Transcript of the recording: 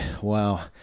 Wow